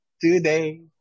today